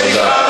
חבר